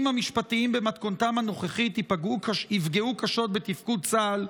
המשפטיים במתכונתם הנוכחית יפגעו קשות בתפקוד צה"ל,